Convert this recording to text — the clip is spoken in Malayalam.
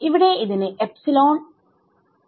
ഇവിടെ ഇതിന് എപ്സിലോൺ 1 ആണ്